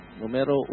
Numero